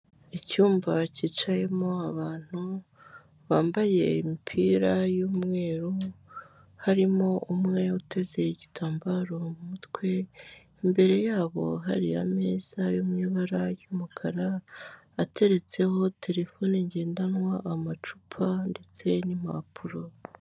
Icyumba cyicayemo abantu bambaye imipira y'umweru, harimo umwe uteze igitambaro mu mutwe, imbere yabo hari ameza yo mu ibara ry'umukara, ateretseho telefone ngendanwa, amacupa, ndetse n'impapuro.